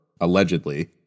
allegedly